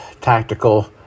tactical